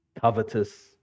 covetous